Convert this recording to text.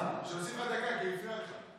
שיוסיף לך דקה, כי הוא הפריע לך.